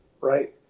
Right